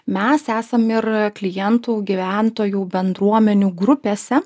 mes esam ir klientų gyventojų bendruomenių grupėse